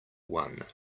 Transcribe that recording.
one